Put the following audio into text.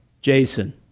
Jason